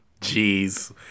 Jeez